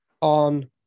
on